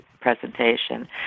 presentation